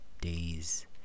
days